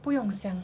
不用想